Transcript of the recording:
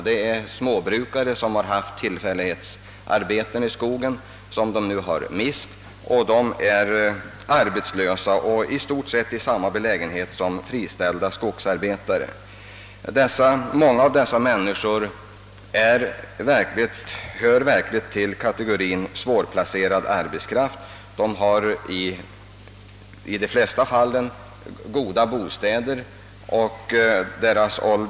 Det är exempelvis småbrukare som haft tillfällighetsarbeten i skogen men nu mist dessa och går arbetslösa. Många av dessa människor hör verkligen till kategorien svårplacerad arbetskraft. De har i de flesta fallen goda bostäder på den plats där de arbetat.